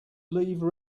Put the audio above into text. leave